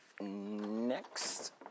Next